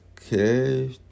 Okay